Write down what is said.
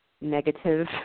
negative